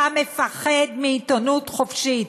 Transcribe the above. אתה מפחד מעיתונות חופשית,